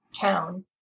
town